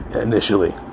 initially